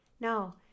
no